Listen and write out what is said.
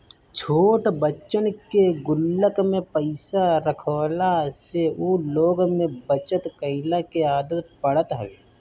छोट बच्चन के गुल्लक में पईसा रखवला से उ लोग में बचत कइला के आदत पड़त हवे